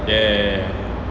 ya ya